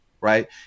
right